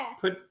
put